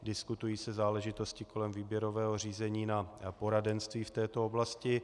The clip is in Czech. Diskutují se záležitosti kolem výběrového řízení na poradenství v této oblasti.